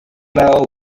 lado